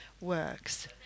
works